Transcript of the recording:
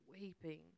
weeping